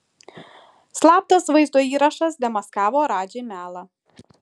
slaptas vaizdo įrašas demaskavo radži melą